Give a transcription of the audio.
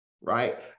right